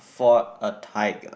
fought a tiger